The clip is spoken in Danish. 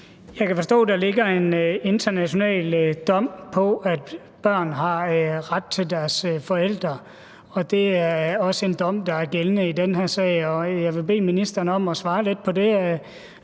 Jeg kan forstå, at der ligger en international dom om, at børn har ret til deres forældre. Det er også en dom, der er gældende i den her sag, og jeg vil bede ministeren om at svare på det: